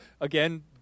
again